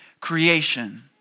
creation